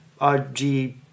RG